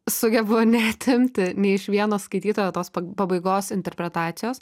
sugebu neatimti nei iš vieno skaitytojo pabaigos interpretacijos